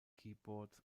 keyboards